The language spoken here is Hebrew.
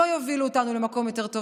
לא יובילו אותנו למקום יותר טוב.